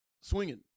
swinging